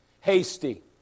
Hasty